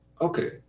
okay